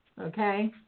Okay